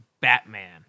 Batman